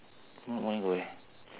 tomorrow morning go where